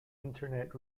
internet